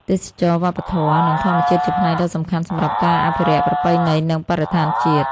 ទេសចរណ៍វប្បធម៌ និងធម្មជាតិជាផ្នែកដ៏សំខាន់សម្រាប់ការអភិរក្សប្រពៃណី និងបរិស្ថានជាតិ។